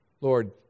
Lord